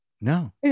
No